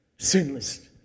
Sinless